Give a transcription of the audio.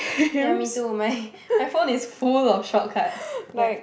ya me too my my phone is full of shortcuts like